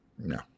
No